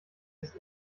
ist